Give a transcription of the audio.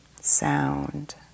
Sound